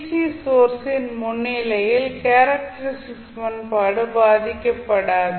C சோர்ஸின் முன்னிலையில் characteristic சமன்பாடு பாதிக்கப்படாது